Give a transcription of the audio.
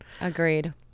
Agreed